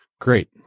Great